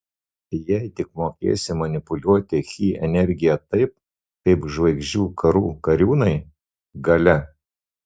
jei tik mokėsi manipuliuoti chi energija taip kaip žvaigždžių karų kariūnai galia